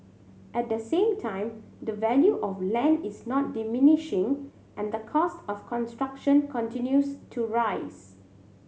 at the same time the value of land is not diminishing and the cost of construction continues to rise